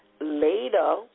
Later